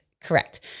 correct